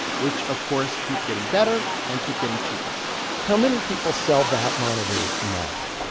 which, of course, keep getting better and keep getting cheaper how many people sell that monitor now?